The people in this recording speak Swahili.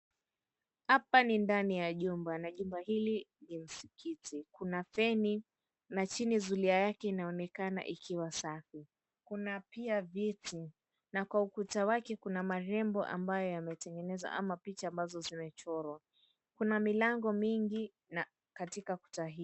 Hapa ni ndani ya jumba, na jumba hili ni msikiti. Kuna feni na chini zulia yake inaonekana ikiwa safi. Kuna pia viti na kwa ukuta wake kuna marembo ambayo yametengenezwa ama picha ambazo zimechorwa. Kuna milango mingi na katika kuta hii.